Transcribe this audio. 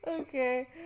Okay